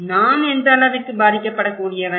நான் எந்த அளவிற்கு பாதிக்கப்படக்கூடியவன்